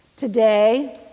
Today